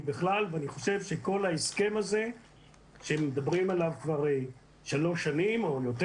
בכלל ואני חושב שכל ההסכם הזה שמדברים עליו כבר שלוש שנים או יותר,